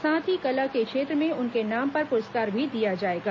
साथ ही कला के क्षेत्र में उनके नाम पर पुरस्कार भी दिया जाएगा